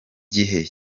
igihe